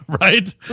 right